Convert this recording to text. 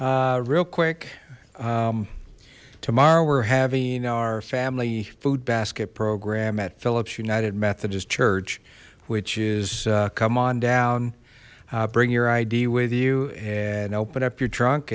barry real quick tomorrow we're having our family food basket program at philips united methodist church which is come on down bring your id with you and open up your trunk